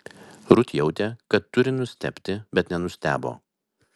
rut jautė kad turi nustebti bet nenustebo